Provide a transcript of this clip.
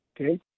Okay